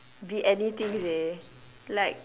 be anything seh like